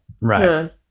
right